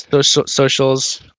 socials